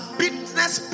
business